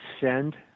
send